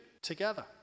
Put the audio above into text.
Together